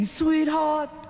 sweetheart